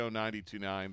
92.9